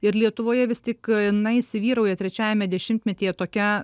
ir lietuvoje vis tik na įsivyrauja trečiajame dešimtmetyje tokia